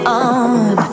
on